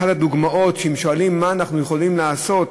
אחת הדוגמאות, כששואלים מה אנחנו יכולים לעשות,